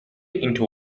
into